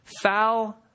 Foul